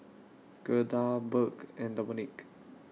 Gerda Burk and Dominique